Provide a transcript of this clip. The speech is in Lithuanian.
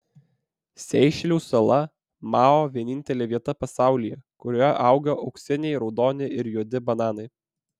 seišelių sala mao vienintelė vieta pasaulyje kurioje auga auksiniai raudoni ir juodi bananai